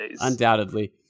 Undoubtedly